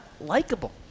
likable